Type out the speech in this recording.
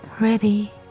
ready